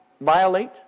violate